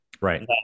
right